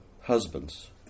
husbands